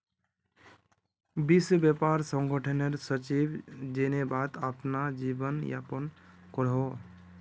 विश्व व्यापार संगठनेर सचिव जेनेवात अपना जीवन यापन करोहो